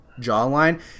jawline